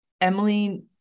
Emily